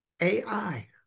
AI